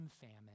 famine